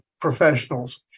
professionals